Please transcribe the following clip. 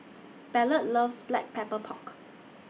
Ballard loves Black Pepper Pork